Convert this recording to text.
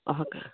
অহা কাইলৈ